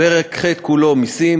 פרק ח' כולו (מסים),